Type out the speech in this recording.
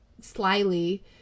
slyly